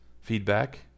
feedback